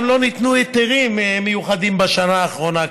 גם לא ניתנו היתרים מיוחדים בשנה האחרונה כאמור.